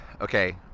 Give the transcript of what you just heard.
okay